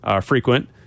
frequent